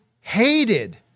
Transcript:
hated